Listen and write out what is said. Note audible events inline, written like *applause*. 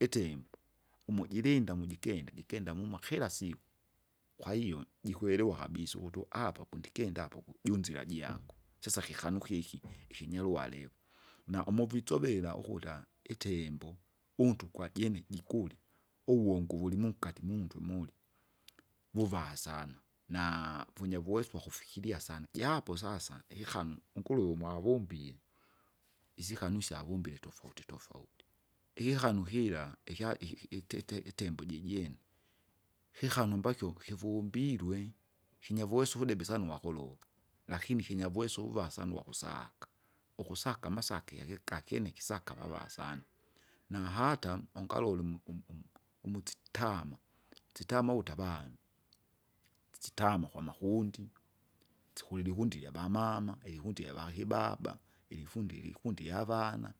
Itembo, umo jirinda mujikenda, jikenda jikenda muma kirasiku, kwahiyo jikwelewa kabisa ukutu apa pondikenda apa ukujunzira jango, *noise* syosa kikanukeki *noise* ikinyaruhareku, na umuvitsovera ukuta, itembo, untu kwajene jikule, uwungu vulimunkati mintu muli, vuva sana, na vunya vuweso wakufikiria sana. Japo sasa, ikikanu unkuruwe umwavombie, isikanu isyavombile tofauti tofauti, ikikanu kila ikya- iki- iki- ite- ite- itembo jijene. Kikanu mbakakyuke kivombilwe, kinyavuweso vudebe sana uwakuluga, lakini kinyavuweso vuva sana uwakusaka, ukusaka amasakege kakyene ikisaka *noise* vava sana, *noise* na hata, ungalole umu- um- umu- umutsitama. sitama uvuta avana, sitama kwamakundi, sikulinikundi ilyavamama, ilikundi ilyavakibaba, ilikufundi- likundi lyavana.